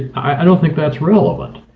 i don't think that's relevant,